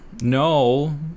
no